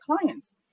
clients